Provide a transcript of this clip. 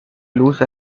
lose